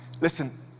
Listen